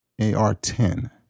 AR-10